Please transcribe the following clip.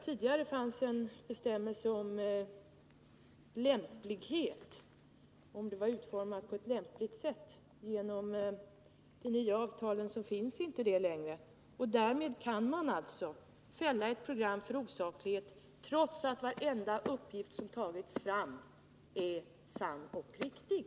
Tidigare fanns det en bestämmelse om att program skulle vara utformade på lämpligt sätt. I de nya avtalen finns inte längre den bestämmelsen med, och därmed kan man alltså fälla ett program för osaklighet trots att varenda uppgift som tagits fram är sann och riktig.